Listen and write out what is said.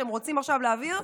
שהם רוצים עכשיו להעביר,